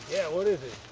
yeah, what is it?